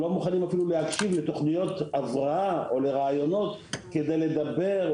לא מוכנים להקשיב לתוכניות הבראה או לרעיונות כדי לדבר,